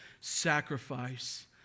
sacrifice